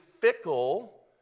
fickle